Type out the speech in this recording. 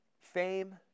fame